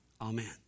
Amen